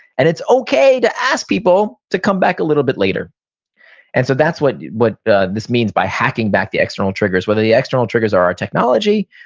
and it's okay to ask people to come back a little bit later and so that's what what this means by hacking back the external triggers whether the external triggers are our technology,